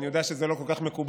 אני יודע שזה לא כל כך מקובל.